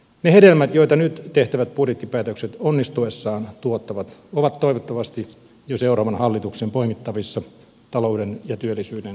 ne hedelmät joita nyt tehtävät budjettipäätökset onnistuessaan tuottavat ovat toivottavasti jo seuraavan hallituksen poimittavissa talouden ja työllisyyden